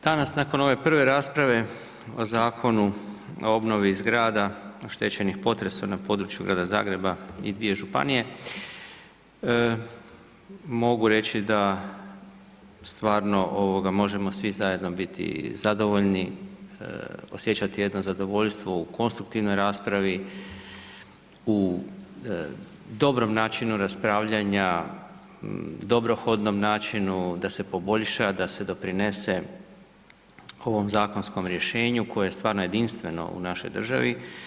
Danas nakon ove prve rasprave o Zakonu o obnovi zgrada oštećenih potresom na području Grada Zagreba i dvije županije mogu reći da stvarno ovoga možemo svi zajedno biti zadovoljni, osjećati jedno zadovoljstvo u konstruktivnoj raspravi, u dobrom načinu raspravljanja, dobrohodnom načinu da se poboljša, da se doprinese ovom zakonskom rješenju koje je stvarno jedinstveno u našoj državi.